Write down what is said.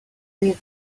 with